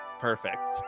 perfect